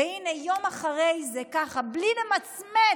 והינה, יום אחרי זה, ככה, בלי למצמץ,